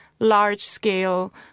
large-scale